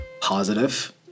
positive